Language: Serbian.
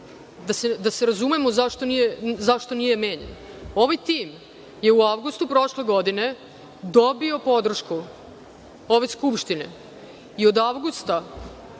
da se razumemo zašto nije menjan, je u avgustu prošle godine dobio podršku ove Skupštine i od avgusta